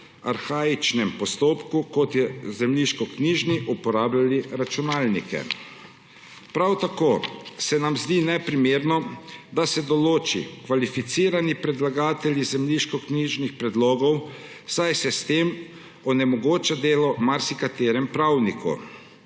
arhaičnem postopku, kot je zemljiškoknjižni, uporabljali računalnike. Prav tako se nam zdi neprimerno, da se določi kvalificirani predlagatelj zemljiškoknjižnih predlogov, saj se s tem onemogoča delo marsikateremu pravniku.